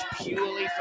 purely